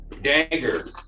Dagger